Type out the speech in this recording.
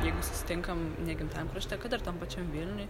jeigu susitinkam ne gimtajam krašte kad ir tam pačiam vilniuj